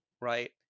right